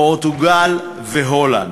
פורטוגל והולנד.